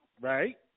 right